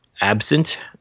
absent